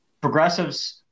progressives